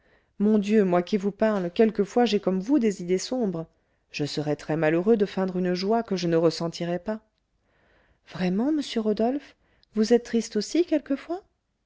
mon dieu moi qui vous parle quelquefois j'ai comme vous des idées sombres je serais très-malheureux de feindre une joie que je ne ressentirais pas vraiment monsieur rodolphe vous êtes triste aussi quelquefois